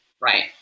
Right